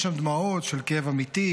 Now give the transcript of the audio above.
יש שם דמעות של כאב אמיתי,